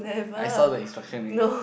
I saw the instruction already